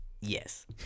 Yes